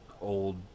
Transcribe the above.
old